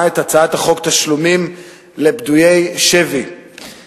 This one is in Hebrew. אנחנו עוברים להצעת חוק תשלומים לפדויי שבי (תיקון מס' 3)